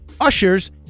ushers